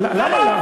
למה,